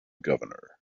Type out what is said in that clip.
governor